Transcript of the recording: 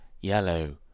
yellow